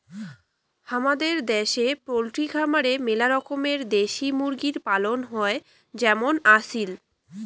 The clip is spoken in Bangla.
হামাদের দ্যাশে পোলট্রি খামারে মেলা রকমের দেশি মুরগি পালন হই যেমন আসিল